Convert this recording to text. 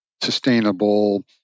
sustainable